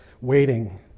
waiting